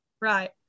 right